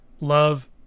Love